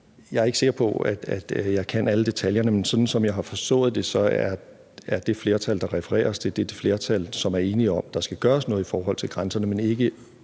Jeg er ikke sikker på, jeg kan alle detaljerne, men sådan som jeg har forstået det, er det flertal, der refereres til kommer, et flertal, der er enige om, at der skal gøres noget i forhold til grænserne, men ikke